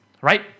Right